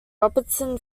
robertson